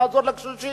נעזור לקשישים,